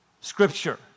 scripture